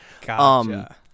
Gotcha